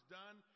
done